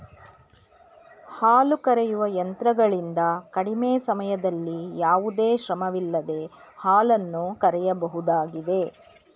ಹಾಲು ಕರೆಯುವ ಯಂತ್ರಗಳಿಂದ ಕಡಿಮೆ ಸಮಯದಲ್ಲಿ ಯಾವುದೇ ಶ್ರಮವಿಲ್ಲದೆ ಹಾಲನ್ನು ಕರೆಯಬಹುದಾಗಿದೆ